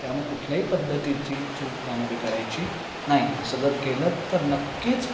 त्यामुळे कुठल्याही पद्धतीची चूक त्यामध्ये करायची नाही असं जर केलं तर नक्कीच